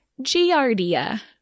Giardia